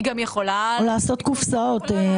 או לעשות קופסאות.